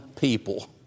people